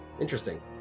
Interesting